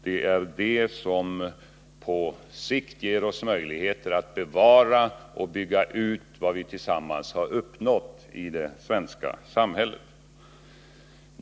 Det är det som på sikt ger oss möjligheter att bevara och bygga ut vad vi tillsammans har uppnått i det svenska samhället.